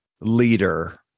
leader